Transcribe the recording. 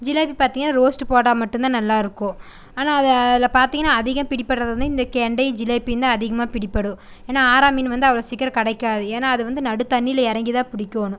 ஜிலேபி பார்த்தீங்கனா ரோஸ்ட் போட மட்டுந்தான் நல்லா இருக்கும் ஆனால் அது அதில் பார்த்தீங்கனா அதிகம் பிடிப்படுறது வந்து இந்த கெண்டை ஜிலேபிந்தான் அதிகமாக பிடிப்படும் ஏன்னா ஆரா மீன் வந்து அவ்வளோ சீக்கிரம் கிடைக்காது ஏன்னா அது வந்து நடுத்தண்ணியில் இறங்கி தான் பிடிக்கோணும்